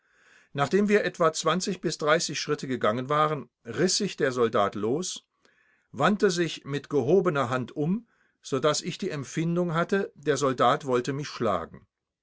nachdem wir etwa schritte gegangen waren riß sich der soldat los wandte sich mit gehobener hand um so daß ich die empfindung hatte der soldat wollte mich schlagen